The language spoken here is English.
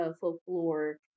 folklore